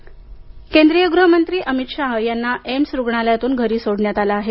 अमित शहा केंद्रीय गृह मंत्री अमित शाह यांना एम्स रुग्णालयातून घरी सोडण्यात आलं आहे